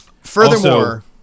Furthermore